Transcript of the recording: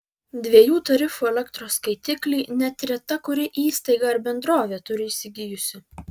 dviejų tarifų elektros skaitiklį net reta kuri įstaiga ar bendrovė turi įsigijusi